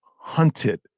hunted